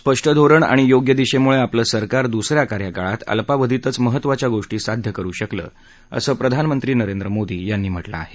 स्पष्ट धोरण आणि योग्य दिशेमुळे आपलं सरकार दुस या कार्यकाळात अल्पावधीतच महत्त्वाच्या गोष्टी साध्य करु शकलं असं प्रधानमंत्री नरेंद्र मोदी यांनी म्हटलं आहे